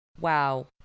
wow